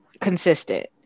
consistent